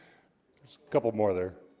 couple more there